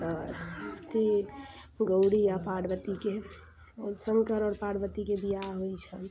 तऽ अथी गौरी आओर पार्वतीके शंकर आओर पार्वतीके बियाह होइ छनि